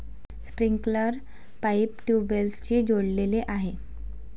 sprinkler pipe ट्यूबवेल्सशी जोडलेले आहे